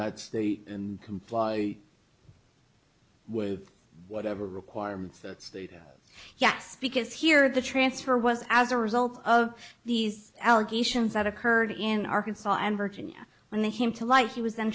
that state and comply with whatever requirements that state yes because here the transfer was as a result of these allegations that occurred in arkansas and virginia when they came to light he was